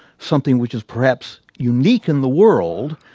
something which is perhaps unique in the world,